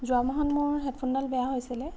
যোৱা মাহত মোৰ হেডফোনডাল বেয়া হৈছিল